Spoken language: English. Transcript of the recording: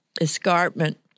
escarpment